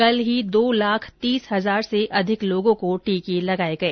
कल ही दो लाख तीस हजार से अधिक लोगों को टीके लगाए गए